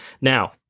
Now